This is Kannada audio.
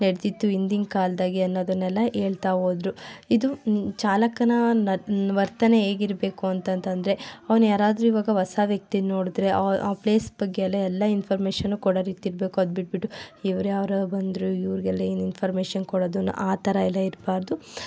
ನಡೆದಿತ್ತು ಹಿಂದಿನ ಕಾಲ್ದಾಗೆ ಅನ್ನೋದನ್ನೆಲ್ಲ ಹೇಳ್ತಾಹೋದರು ಇದು ಚಾಲಕನ ನ ವರ್ತನೆ ಹೇಗಿರಬೇಕು ಅಂತಂತಂದರೆ ಅವನು ಯಾರಾದರೂ ಈವಾಗ ಹೊಸ ವ್ಯಕ್ತಿ ನೋಡಿದ್ರೆ ಆ ಆ ಪ್ಲೇಸ್ ಬಗ್ಗೆ ಎಲ್ಲ ಎಲ್ಲ ಇನ್ಫಾರ್ಮೇಶನು ಕೊಡೊ ರೀತಿ ಇರಬೇಕು ಅದು ಬಿಟ್ಬಿಟ್ಟು ಇವರು ಯಾರೊ ಬಂದರು ಇವರಿಗೆಲ್ಲ ಏನು ಇನ್ಫಾರ್ಮೇಶನ್ ಕೊಡೋದು ಆ ಥರ ಎಲ್ಲ ಇರಬಾರ್ದು